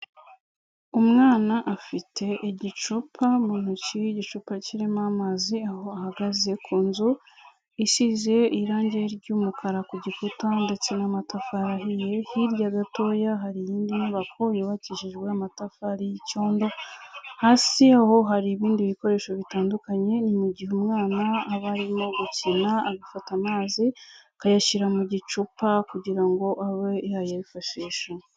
Umwana afite igicupa mu ntoki, igicupa kirimo amazi, aho ahagaze ku nzu isize irangi ry'umukara ku gikuta ndetse n'amatafari ahiye, hirya gatoya hari iyindi nyubako yubakishijwe amatafari y'icyondo, hasi y'aho hari ibindi bikoresho bitandukanye, ni mu gihe umwana aba arimo gukina, agafata amazi akayashyira mu gicupa kugira ngo abe yayifashisha.